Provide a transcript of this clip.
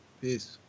Peace